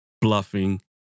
bluffing